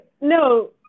no